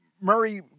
Murray